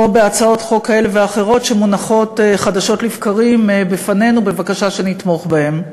בהצעות חוק כאלה ואחרות שמונחות חדשות לבקרים בפנינו בבקשה שנתמוך בהן.